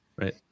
right